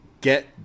get